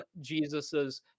Jesus's